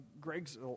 Greg's